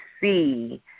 see